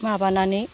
माबानानै